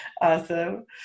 Awesome